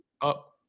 up